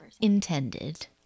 intended